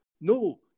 No